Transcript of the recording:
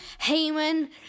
Heyman